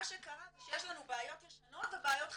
מה שקרה זה שיש לנו בעיות ישנות ובעיות חדשות.